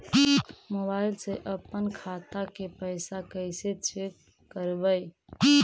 Mobile से अपन खाता के पैसा कैसे चेक करबई?